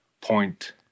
point